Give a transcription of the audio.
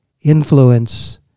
influence